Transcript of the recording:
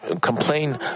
complain